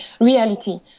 reality